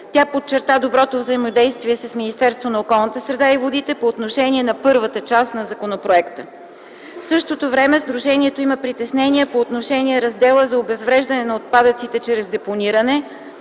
Тя подчерта доброто взаимодействие с Министерството на околната среда и водите по отношение на първата част на законопроекта. В същото време сдружението има притеснения по отношение раздела за обезвреждане на отпадъците чрез депониране,